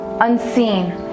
unseen